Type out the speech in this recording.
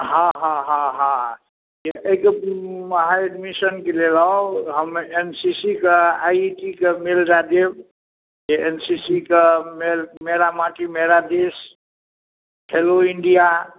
हँ हँ हँ हँ एतेक अहाँ एडमिशनके लेल आउ हम एन सी सी कऽ आइ ई टी कऽ मेल दै देब जे एन सी सी कऽ मेल मेरा माटी मेरा देश हेलो इण्डिया